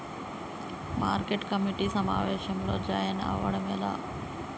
Market committee సమావేశంలో join అవ్వడం ఎలా?